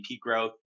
growth